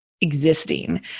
existing